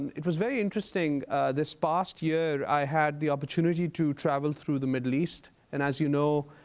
it was very interesting this past year i had the opportunity to travel through the middle east. and, as you know,